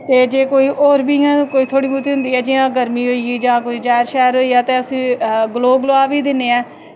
तो होर बी थोह्ड़ी बौह्ती होंदी ऐ जियां गर्मी होई गेई जां कोी जैह्र सैह्र होईया ते उसी गलू गला बी दिन्नें आं